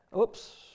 oops